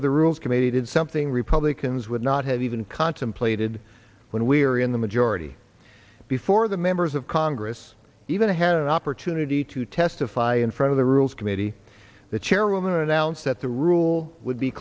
of the rules committee did something republicans would not have even contemplated when we're in the majority before the members of congress even had an opportunity to testify in front of the rules committee the chairwoman announced at the rule would be